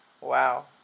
Wow